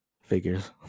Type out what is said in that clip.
Figures